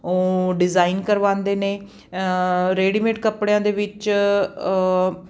ਉਹ ਡਿਜ਼ਾਇਨ ਕਰਵਾਉਂਦੇ ਨੇ ਰੈਡੀਮੇਡ ਕੱਪੜਿਆਂ ਦੇ ਵਿੱਚ